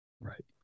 Right